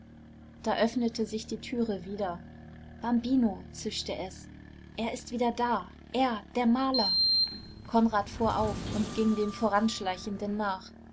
da öffnete sich die türe wieder bambino zischte es er ist wieder da er der maler konrad fuhr auf und ging dem voranschleichenden nach